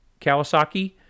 Kawasaki